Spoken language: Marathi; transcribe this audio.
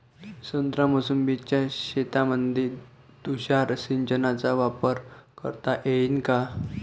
संत्रा मोसंबीच्या शेतामंदी तुषार सिंचनचा वापर करता येईन का?